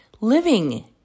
living